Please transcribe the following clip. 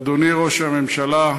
אדוני ראש הממשלה,